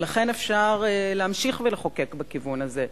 ולכן אפשר להמשיך ולחוקק בכיוון הזה.